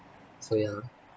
so yeah